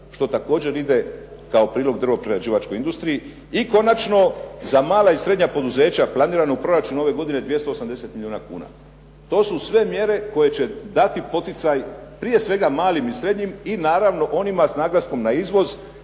što također ide kao prilog drvno prerađivačkoj industriji. I konačno za mala i srednja poduzeća planirano u proračunu ove godine 280 milijuna kuna. To su sve mjere koje će dati poticaj prije svega malim i srednjim i naravno onima s naglaskom na izvoz